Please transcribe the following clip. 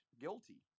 guilty